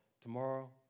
tomorrow